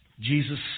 Jesus